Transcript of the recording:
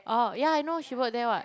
oh yeah I know she work there what